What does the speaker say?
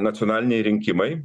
nacionaliniai rinkimai